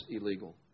illegal